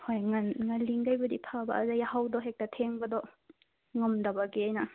ꯍꯣꯏ ꯉꯟ ꯉꯜꯂꯤꯒꯩꯕꯨꯗꯤ ꯐꯕ ꯑꯗꯣ ꯌꯥꯍꯧꯗꯣ ꯍꯦꯛꯇ ꯊꯦꯡꯕꯗꯣ ꯉꯝꯗꯕꯒꯤ ꯑꯩꯅ